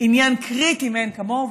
עניין קריטי מאין כמוהו,